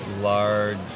large